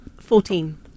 Fourteen